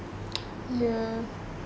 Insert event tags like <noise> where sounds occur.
<noise> ya